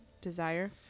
Desire